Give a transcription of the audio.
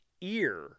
ear